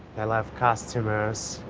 i love customers.